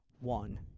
One